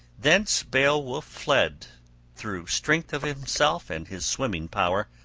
thence beowulf fled through strength of himself and his swimming power,